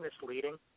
misleading